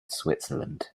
switzerland